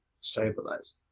stabilize